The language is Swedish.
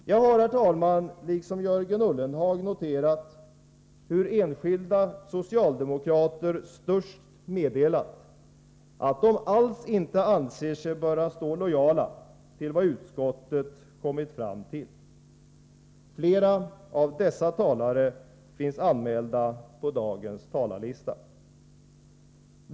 Jag har, herr talman, liksom Jörgen Ullenhag noterat hur enskilda socialdemokrater sturskt meddelat att de alls inte anser sig böra stå lojala till vad utskottet kommit fram till. Flera av dessa ledamöter är anmälda på dagens talarlista.